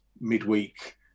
midweek